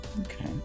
okay